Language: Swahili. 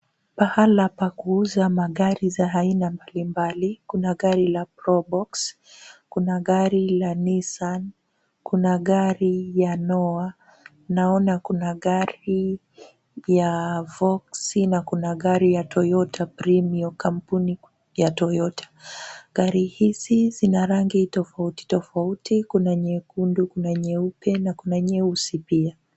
Pahala pa kuuza magari za aina mbalimbali, kuna gari la Probox, kuna gari la Nissan, kuna gari ya Noah, naona kuna gari ya Voxy na kuna gari ya Toyota Premio, kampuni ya Toyota, gari hizi zina rangi tofauti tofauti, kuna nyekundu, kuna nyeupe na kuna nyeusi pia.